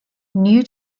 new